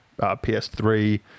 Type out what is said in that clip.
PS3